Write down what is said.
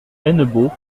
hennebeau